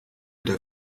der